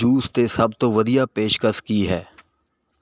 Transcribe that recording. juice 'ਤੇ ਸਭ ਤੋਂ ਵਧੀਆ ਪੇਸ਼ਕਸ਼ ਕੀ ਹੈ